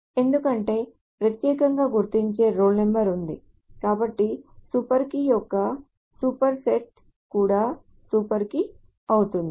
ఎందుకంటే ప్రత్యేకంగా గుర్తించే రోల్ నంబర్ ఉంది కాబట్టి సూపర్ కీ యొక్క సూపర్ సెట్ కూడా సూపర్ కీ అవుతుంది